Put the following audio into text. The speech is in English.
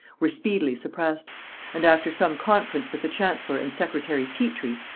were speedily suppressed and after some conference with the chancellor and secretary petre,